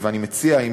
ואני מציע,